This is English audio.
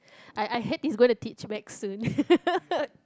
I I heard he's gonna teach maths soon